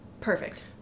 perfect